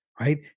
Right